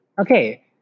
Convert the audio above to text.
okay